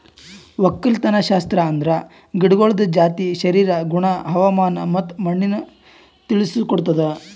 ಒಕ್ಕಲತನಶಾಸ್ತ್ರ ಅಂದುರ್ ಗಿಡಗೊಳ್ದ ಜಾತಿ, ಶರೀರ, ಗುಣ, ಹವಾಮಾನ ಮತ್ತ ಮಣ್ಣಿನ ತಿಳುಸ್ ಕೊಡ್ತುದ್